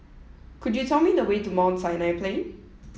could you tell me the way to Mount Sinai Plain